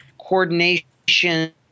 coordination